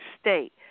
State